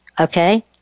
Okay